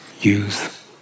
use